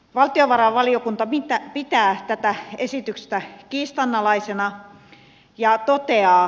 valtiovarainvaliokunta pitää tätä esitystä kiistanalaisena ja toteaa